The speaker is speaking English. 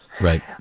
Right